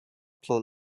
pro